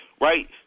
right